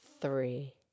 Three